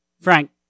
Frank